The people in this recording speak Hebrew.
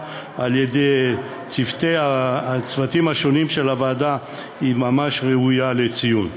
על-ידי הצוותים השונים של הוועדה היא ממש ראויה לציון.